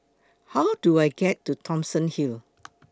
How Do I get to Thomson Hill